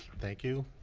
thank you,